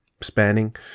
spanning